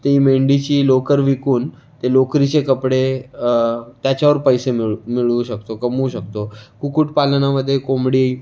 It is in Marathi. ती मेंढीची लोकर विकून ते लोकरीचे कपडे त्याच्यावर पैसे मिळू मिळवू शकतो कमवू शकतो कुकूटपालनामध्ये कोंबडी